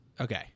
Okay